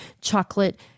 chocolate